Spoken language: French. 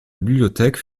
bibliothèque